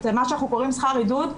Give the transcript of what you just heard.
את מה שאנחנו קוראים שכר עידוד,